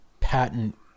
patent